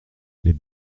les